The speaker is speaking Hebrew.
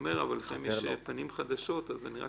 אומר אבל לפעמים יש פנים חדשות אז אני רק